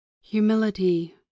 Humility